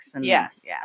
Yes